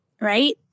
right